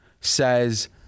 says